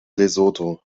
lesotho